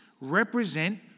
represent